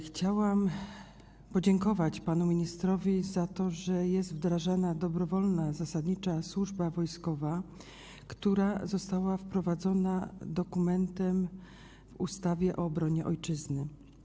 Chciałam podziękować panu ministrowi za to, że jest wdrażana dobrowolna zasadnicza służba wojskowa, która została wprowadzona dokumentem, ustawą o obronie ojczyzny.